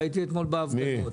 ראיתי אתמול בהפגנות.